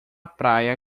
praia